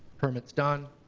permits done,